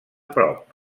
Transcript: prop